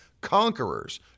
Conquerors